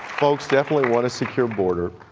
folks definitely want a secure border.